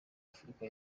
afurika